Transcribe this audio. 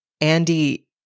Andy